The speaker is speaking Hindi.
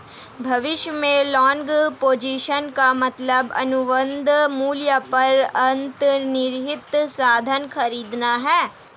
भविष्य में लॉन्ग पोजीशन का मतलब अनुबंध मूल्य पर अंतर्निहित साधन खरीदना है